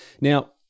Now